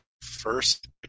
first